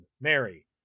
Mary